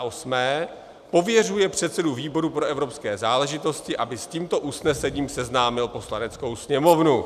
8. pověřuje předsedu výboru pro evropské záležitosti, aby s tímto usnesením seznámil Poslaneckou sněmovnu.